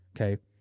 Okay